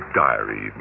diary